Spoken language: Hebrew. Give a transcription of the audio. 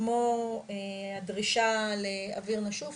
כמו הדרישה לאוויר נשוף,